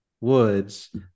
woods